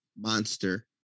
monster